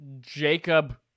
Jacob